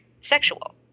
sexual